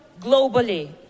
globally